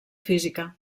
física